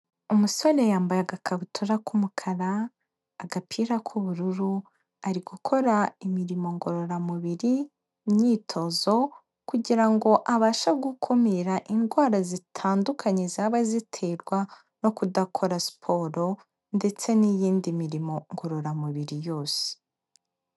Umusore yambaye agakabutura k'umukara, agapira k'ubururu, ari gukora imirimo ngororamubiri, imyitozo kugira ngo abashe gukumira indwara zitandukanye zaba ziterwa no kudakora siporo ndetse n'iyindi mirimo ngororamubiri yose.